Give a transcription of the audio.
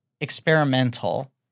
experimental